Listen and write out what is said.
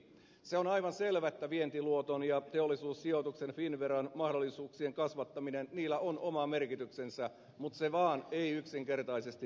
se on aivan selvä että vientiluoton teollisuussijoituksen ja finnveran mahdollisuuksien kasvattamisella on oma merkityksensä mutta se vaan ei yksinkertaisesti nyt riitä